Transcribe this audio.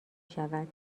شود